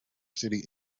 city